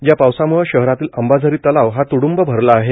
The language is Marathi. या पावसाम्ळे शहरातील अंबाझरी तलाव हा तुडुंब भरला आहे